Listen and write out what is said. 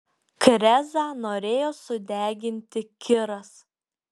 krezą norėjo sudeginti kiras